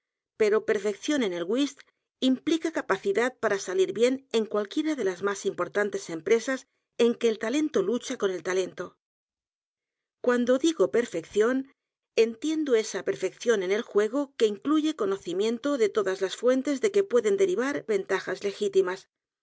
pero perfección en el whist implica capacidad para salir bien en cualquiera de las más importantes empresas en que el talento lucha con el talento cuando digo perfección entiendo esa perfección en el juego que incluye conocimiento de todas las fuentes de que pueden derivar ventajas legítimas